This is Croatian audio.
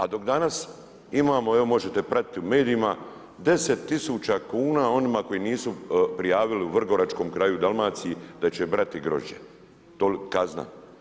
A dok danas imamo, evo možete pratiti u medijima, 10 000 kuna onima koji nisu prijavili u vrgoračkom kraju u Dalmaciji da će brati grožđe, kazna.